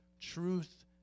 Truth